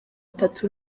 itatu